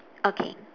okay